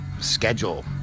schedule